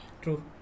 True